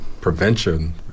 prevention